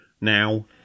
now